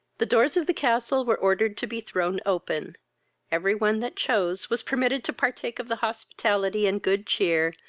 the doors of the castle were ordered to be thrown open every one that chose was permitted to partake of the hospitality and good cheer,